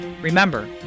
Remember